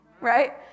right